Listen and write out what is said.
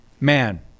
man